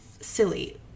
silly